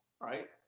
right